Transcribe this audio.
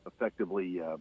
effectively